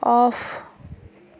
off